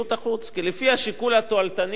כי לפי השיקול התועלתני הפשוט,